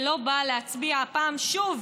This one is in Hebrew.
ולא באה להצביע הפעם שוב